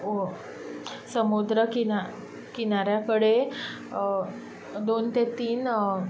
समुद्र किना किनाऱ्या कडेन दोन ते तीन